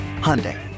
Hyundai